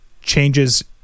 changes